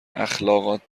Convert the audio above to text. اخالقات